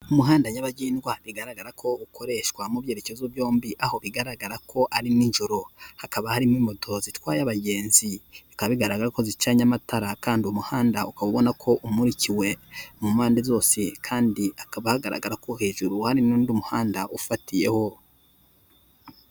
Umuhanda nyabagendwa bigaragara ko ukoreshwa mu byerekezo byombi, aho bigaragara ko ari nijoro hakaba harimo moto zitwaye abagenzi, bikaba bigaragara ko zicanye amatara kandi umuhanda ukaba ubona ko umurikiwe mu mpande zose kandi hakaba hagaragara ko hejuru harimo undi muhanda ufatiyeho.